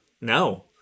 No